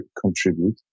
contribute